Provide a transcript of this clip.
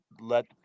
let